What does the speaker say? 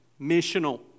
missional